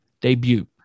Debut